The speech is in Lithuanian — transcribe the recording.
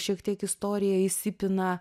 šiek tiek istorija įsipina